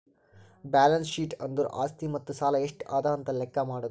balance sheet ಅಂದುರ್ ಆಸ್ತಿ ಮತ್ತ ಸಾಲ ಎಷ್ಟ ಅದಾ ಅಂತ್ ಲೆಕ್ಕಾ ಮಾಡದು